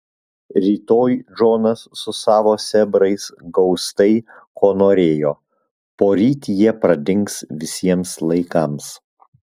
rytoj džonas su savo sėbrais gaus tai ko norėjo poryt jie pradings visiems laikams